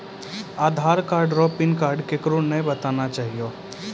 ATM card रो pin code केकरै नाय बताना चाहियो